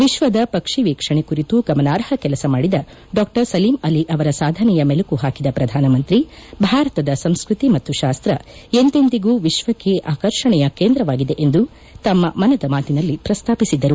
ವಿಶ್ವದ ಪಕ್ಷಿ ವೀಕ್ಷಣೆ ಕುರಿತು ಗಮನಾರ್ಹ ಕೆಲಸ ಮಾಡಿದ ಡಾ ಸಲೀಂ ಅಲಿ ಅವರ ಸಾಧನೆಯ ಮೆಲುಕು ಹಾಕಿದ ಪ್ರಧಾನಮಂತ್ರಿ ಭಾರತದ ಸಂಸ್ಕೃತಿ ಮತ್ತು ಶಾಸ್ತ್ರ ಎಂದೆಂದಿಗೂ ವಿಶ್ವಕ್ಕೆ ಆಕರ್ಷಣೆಯ ಕೇಂದ್ರವಾಗಿದೆ ಎಂದು ತಮ್ಮ ಮನದ ಮಾತಿನಲ್ಲಿ ಪ್ರಸ್ತಾಪಿಸಿದರು